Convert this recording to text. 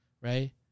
right